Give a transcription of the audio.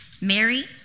Mary